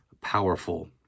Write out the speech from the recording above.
powerful